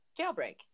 jailbreak